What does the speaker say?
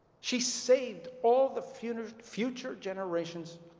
she saved all the future future generations